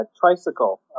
Tricycle